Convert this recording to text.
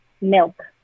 Milk